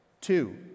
Two